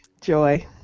joy